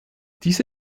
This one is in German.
diese